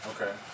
Okay